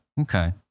Okay